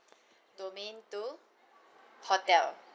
domain two hotel